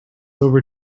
over